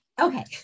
okay